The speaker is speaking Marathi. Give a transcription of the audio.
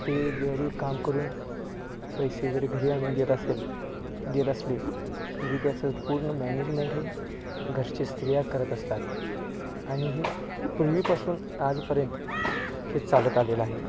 ते जरी काम करून पैसे वगैरे घरी आणून देत असेल देत असले तरी त्याचं पूर्ण मॅनेजमेंट हे घरची स्त्रिया करत असतात आणि ही पूर्वीपासून आजपर्यंत हे चालत आलेलं आहे